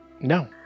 No